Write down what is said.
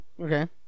Okay